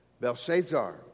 Belshazzar